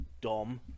dom